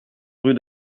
rue